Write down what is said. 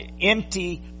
empty